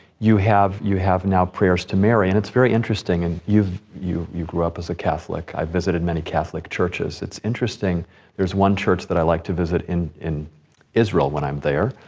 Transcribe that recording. you have you have now prayers to mary. and it's very interesting, and you you grew up as a catholic. i've visited many catholic churches. it's interesting there's one church that i like to visit in, in israel when i'm there.